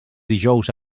dijous